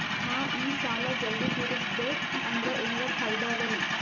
ನಾ ಈ ಸಾಲಾ ಜಲ್ದಿ ತಿರಸ್ದೆ ಅಂದ್ರ ಎನರ ಫಾಯಿದಾ ಅದರಿ?